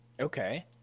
okay